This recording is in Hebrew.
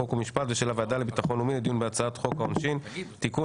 חוק ומשפט ושל הוועדה לביטחון לאומי לדיון בהצעות חוק העונשין (תיקון,